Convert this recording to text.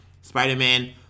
Spider-Man